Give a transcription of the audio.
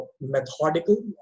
methodical